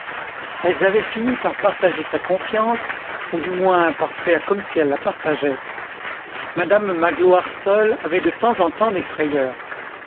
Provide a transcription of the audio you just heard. elles avaient fini par partager sa confiance ou du moins par faire comme si elles la partageaient madame magloire seule avait de temps en temps des frayeurs